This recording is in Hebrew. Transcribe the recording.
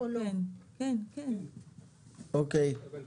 אוקי בואו